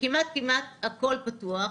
כשכמעט כמעט הכול פתוח,